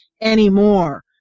anymore